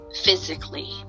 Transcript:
physically